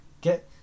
get